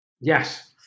Yes